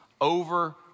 over